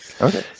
Okay